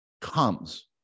comes